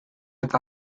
eta